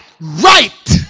right